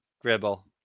Gribble